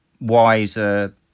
wiser